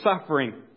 suffering